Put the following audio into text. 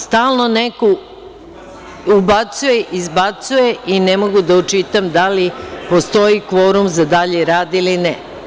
Stalno neko ubacuje, izbacuje i ne mogu da očitam da li postoji kvorum za dalji rad ili ne.